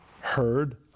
heard